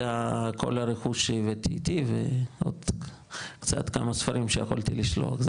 זה כל הרכוש שהבאתי איתי ועוד כמה ספרים שיכולתי לשלוח,